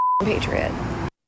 patriot